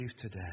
today